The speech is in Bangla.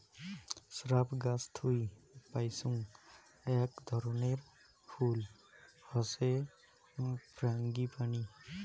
স্রাব গাছ থুই পাইচুঙ আক ধরণের ফুল হসে ফ্রাঙ্গিপানি